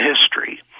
history